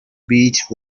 beech